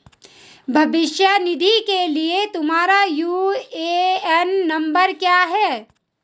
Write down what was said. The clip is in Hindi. भविष्य निधि के लिए तुम्हारा यू.ए.एन नंबर क्या है?